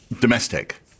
domestic